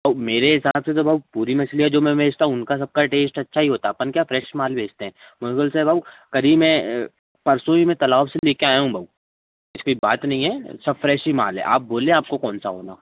भाऊ मेरे हिसाब से तो भाऊ पूरी मछलियाँ जो मैं भेजता हूँ उनका सबका टेस्ट अच्छा ही होता अपन क्या फ्रेश माल बेचते हैं मगर ऐसा है भाऊ करी में परसों ही मैं तलाब से लेकर आया हूँ भाऊ उसकी बात नहीं है सब फ्रेश ही माल है आप बोलें आपको कौन सा होना